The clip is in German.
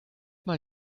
mal